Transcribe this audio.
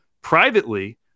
Privately